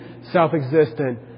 self-existent